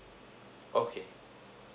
okay